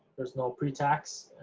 there's no pre-tax